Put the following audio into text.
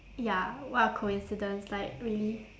ya what a coincidence like really